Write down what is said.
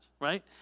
right